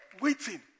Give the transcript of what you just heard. waiting